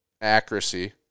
Accuracy